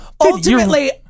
Ultimately